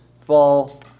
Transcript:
fall